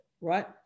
Right